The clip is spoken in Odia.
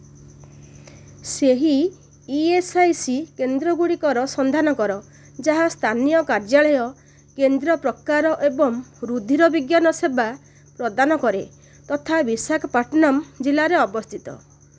ସେହି ଇ ଏସ୍ ଆଇ ସି କେନ୍ଦ୍ର ଗୁଡ଼ିକର ସନ୍ଧାନ କର ଯାହା ସ୍ଥାନୀୟ କାର୍ଯ୍ୟାଳୟ କେନ୍ଦ୍ର ପ୍ରକାର ଏବଂ ରୁଧିର ବିଜ୍ଞାନ ସେବା ପ୍ରଦାନ କରେ ତଥା ବିଶାଖାପାଟନମ୍ ଜିଲ୍ଲାରେ ଅବସ୍ଥିତ